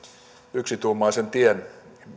yksituumaisen tien